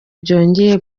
byongera